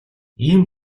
ийм